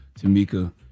Tamika